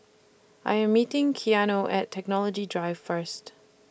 I Am meeting Keanu At Technology Drive First